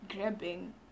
grabbing